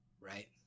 right